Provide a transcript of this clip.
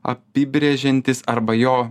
apibrėžiantis arba jo